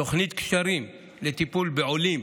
תוכנית "גשרים" לטיפול בעולים